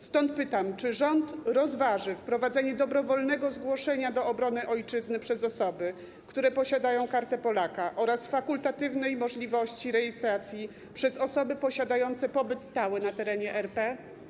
Stąd pytam: Czy rząd rozważy wprowadzenie dobrowolnego zgłoszenia się do obrony ojczyzny przez osoby, które posiadają Kartę Polaka, oraz fakultatywnej możliwości rejestracji przez osoby posiadające pozwolenie na pobyt stały na terenie RP?